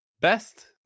best